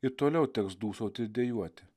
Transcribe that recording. ir toliau teks dūsauti ir dejuoti